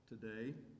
today